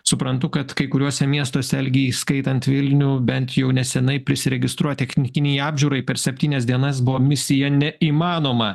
suprantu kad kai kuriuose miestuose algi įskaitant vilnių bent jau nesenai prisiregistruot technikinei apžiūrai per septynias dienas buvo misija neįmanoma